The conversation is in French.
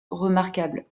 remarquables